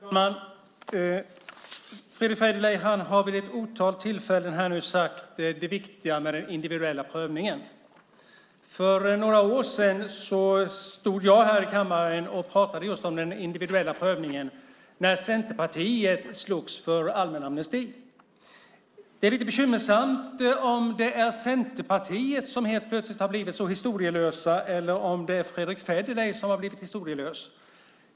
Fru talman! Fredrick Federley har nu vid ett otal tillfällen sagt hur viktig den individuella prövningen är. För några år sedan stod jag i kammaren och talade om den individuella prövningen när Centerpartiet slogs för allmän amnesti. Det är lite bekymmersamt om det är Centerpartiet som helt plötsligt har blivit så historielöst eller om det är Fredrick Federley som har blivit historielös.